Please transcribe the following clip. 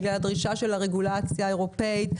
בגלל הדרישה של הרגולציה האירופאית.